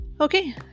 Okay